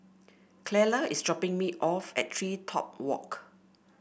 Clella is dropping me off at TreeTop Walk